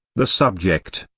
the subject,